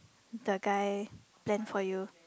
the guy then for you